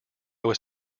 was